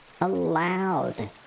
allowed